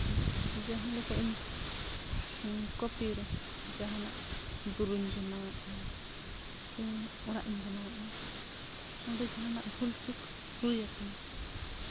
ᱡᱟᱦᱟᱸ ᱞᱮᱠᱟ ᱤᱧ ᱠᱚᱯᱤᱨᱮ ᱡᱟᱦᱟᱱᱟᱜ ᱵᱩᱨᱩᱧ ᱵᱮᱱᱟᱣᱮᱫᱼᱟ ᱥᱮ ᱚᱲᱟᱜᱼᱤᱧ ᱵᱮᱱᱟᱣᱮᱫᱼᱟ ᱚᱰᱮ ᱡᱟᱸᱦᱟᱱᱟᱜ ᱵᱷᱩᱞ ᱪᱩᱠ ᱦᱩᱭ ᱟᱠᱟᱱᱟ